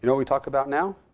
you know we talk about now?